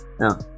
No